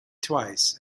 twice